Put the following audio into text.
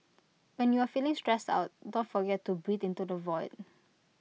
when you are feeling stressed out don't forget to breathe into the void